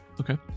okay